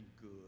good